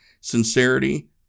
sincerity